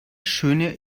schöne